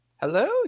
Hello